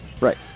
Right